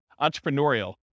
entrepreneurial